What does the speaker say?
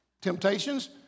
temptations